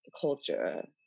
culture